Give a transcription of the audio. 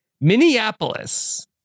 Minneapolis